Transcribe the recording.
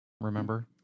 remember